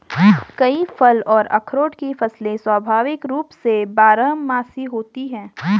कई फल और अखरोट की फसलें स्वाभाविक रूप से बारहमासी होती हैं